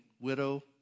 widow